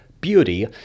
Beauty